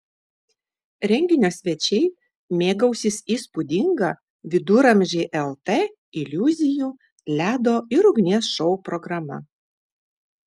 renginio svečiai mėgausis įspūdinga viduramžiai lt iliuzijų ledo ir ugnies šou programa